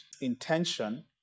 intention